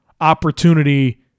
opportunity